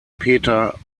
peter